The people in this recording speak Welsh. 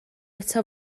eto